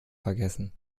vergessen